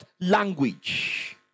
language